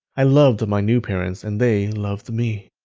i loved my new parents and they loved me.